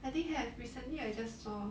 I think have recently I just saw